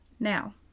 Now